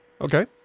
Okay